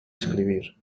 escribir